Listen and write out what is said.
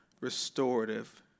restorative